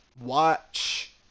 watch